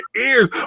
ears